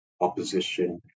opposition